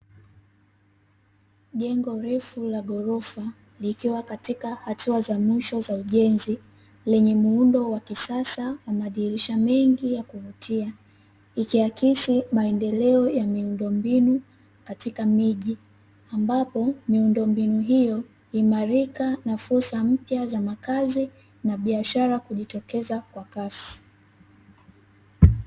Jengo refu la ghorofa likiwa katika hatua za mwisho za ujenzi, lenye muundo wa kisasa wa madirisha mengi ya kuvutia, ikiakisi maendeleo ya miundombinu katika miji, ambapo miundombinu hiyo huimarika na fursa mpya za makazi na biashara kujitokeza kwa kasi.